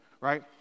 right